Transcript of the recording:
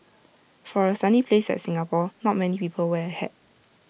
for A sunny place like Singapore not many people wear A hat